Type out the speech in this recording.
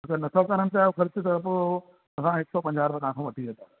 अगरि नथा करणु चाहियो ख़र्चु त पोइ असां हिक सौ पंजाह रुपया तव्हां खां वठी छॾंदा